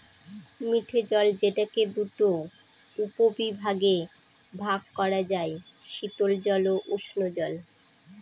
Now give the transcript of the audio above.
মিঠে জল যেটাকে দুটা উপবিভাগে ভাগ করা যায়, শীতল জল ও উষ্ঞজল